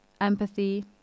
empathy